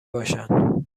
باشند